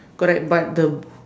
correct but the